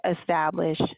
establish